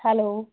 hello